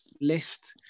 list